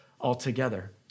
altogether